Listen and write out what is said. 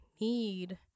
need